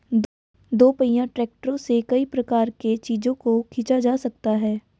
दोपहिया ट्रैक्टरों से कई प्रकार के चीजों को खींचा जा सकता है